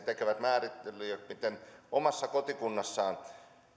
tekevät määrittelyjä miten omassa kotikunnassa